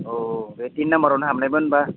औ औ बे टिन नामबारावनो हाबनायमोन होमबा